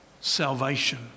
salvation